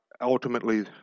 ultimately